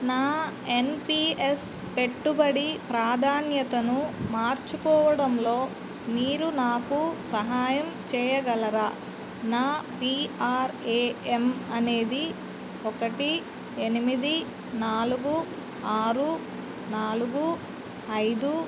నా N P S పెట్టుబడి ప్రాధాన్యతను మార్చుకోవడంలో మీరు నాకు సహాయం చేయగలరా నా పీ ఆర్ ఏ ఎమ్ అనేది ఒకటి ఎనిమిది నాలుగు ఆరు నాలుగు ఐదు